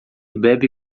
bebe